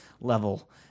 level